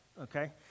okay